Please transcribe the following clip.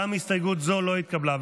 גם הסתייגות זו לא התקבלה.